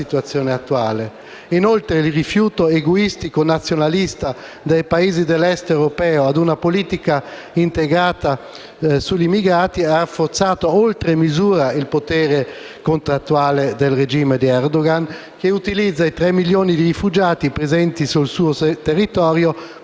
attuale. Inoltre, il rifiuto egoistico-nazionalista dei Paesi dell'Est europeo a una politica integrata sugli immigrati ha rafforzato oltre misura il potere contrattuale del regime di Erdogan, che utilizza i tre milioni di rifugiati presenti sul territorio